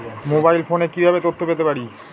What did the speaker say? Mobile ফোনে কিভাবে তথ্য পেতে পারি?